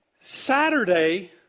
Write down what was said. Saturday